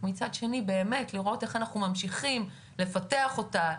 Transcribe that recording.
מצד שני באמת לראות איך אנחנו ממשיכים לפתח אותה,